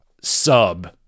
sub